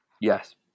Yes